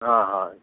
ہاں ہاں